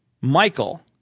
Michael